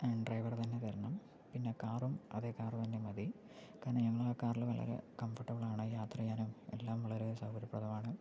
driver തന്നെ തരണം പിന്നെ കാറും അതെ കാർ തന്നെ മതി കാരണം ഞങ്ങൾ ആ കാറിൽ വളരെ കംഫോട്ടബിൾ ആണ് യാത്ര ചെയ്യാനും എല്ലാം വളരെ സൗകര്യപ്രദമാണ്